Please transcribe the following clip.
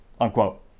unquote